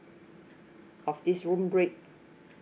of this room rate